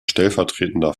stellvertretender